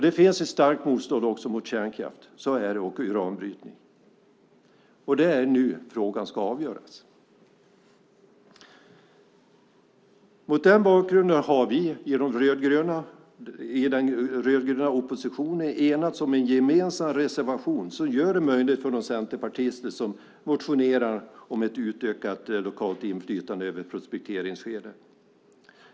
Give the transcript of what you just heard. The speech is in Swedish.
Det finns också ett starkt motstånd mot kärnkraft och uranbrytning. Det är nu frågan ska avgöras. Mot den bakgrunden har vi i den rödgröna oppositionen enats om en gemensam reservation som det är möjligt för de centerpartister som motionerar om utökat lokalt inflytande över prospekteringsskedet att rösta för.